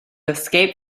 escape